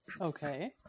Okay